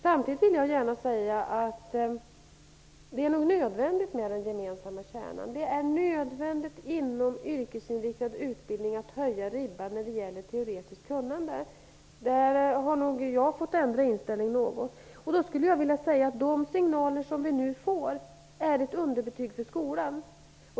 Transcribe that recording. Samtidigt vill jag säga att det nog är nödvändigt med den gemensamma kärnan. Det är nödvändigt att höja ribban inom yrkesinriktad utbildning när det gäller teoretiskt kunnande. Där har nog jag fått ändra inställning något. De signaler som vi nu får är ett underbetyg för skolan.